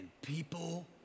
People